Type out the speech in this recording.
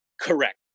Correct